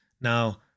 Now